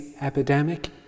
epidemic